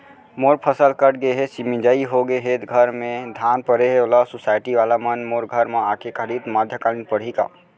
मोर फसल कट गे हे, मिंजाई हो गे हे, घर में धान परे हे, ओला सुसायटी वाला मन मोर घर म आके खरीद मध्यकालीन पड़ही का?